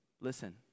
listen